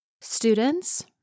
students